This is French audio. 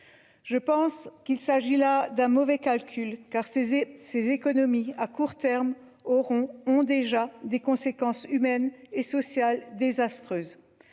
Je pense qu'il s'agit là d'un mauvais calcul, car ces et ces économies, à court terme auront ont déjà des conséquences humaines et sociales désastreuses.